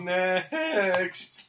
next